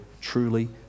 truly